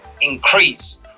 increase